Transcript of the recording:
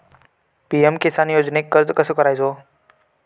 PM Kisan योजनेक अर्ज कसो करायचो?